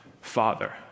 Father